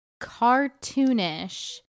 cartoonish